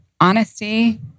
Honesty